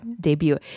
debut